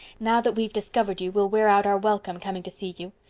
now that we have discovered you we'll wear out our welcome coming to see you.